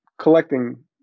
collecting